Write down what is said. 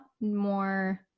more